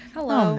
Hello